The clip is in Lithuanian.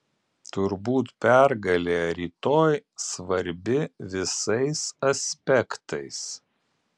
turbūt pergalė rytoj svarbi visais aspektais